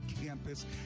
campus